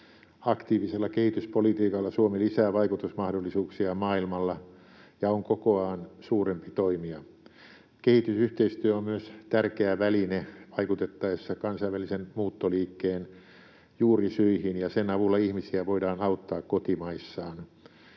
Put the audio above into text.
Aktiivisella kehityspolitiikalla Suomi lisää vaikutusmahdollisuuksiaan maailmalla ja on kokoaan suurempi toimija. Kehitysyhteistyö on myös tärkeä väline vaikutettaessa kansainvälisen muuttoliikkeen juurisyihin, ja sen avulla ihmisiä voidaan auttaa kotimaissaan.